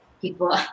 people